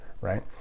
right